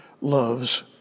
loves